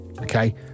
okay